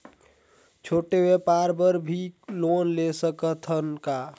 छोटे व्यापार बर भी लोन ले सकत हन का?